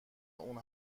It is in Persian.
اون